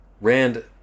Rand